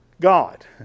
God